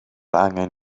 angen